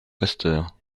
pasteurs